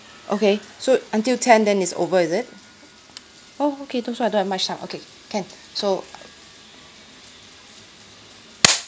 okay so until ten then it's over is it oh okay that's why I don't have much time okay can so uh